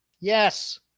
Yes